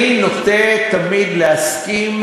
אני נוטה תמיד להסכים,